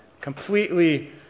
Completely